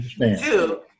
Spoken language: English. Two